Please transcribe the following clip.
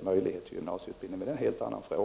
möjlighet till gymnasieutbildning, men det är en helt annan fråga.